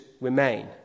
remain